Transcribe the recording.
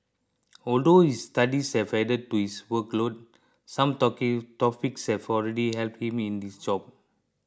although his studies have added to his workload some topics have already helped him in his job